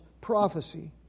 prophecy